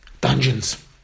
dungeons